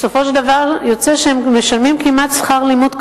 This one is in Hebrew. בסופו של דבר יוצא שהם משלמים כמעט שכר לימוד כפול: